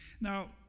now